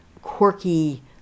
quirky